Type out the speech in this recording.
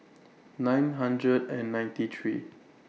nine hundred and ninety three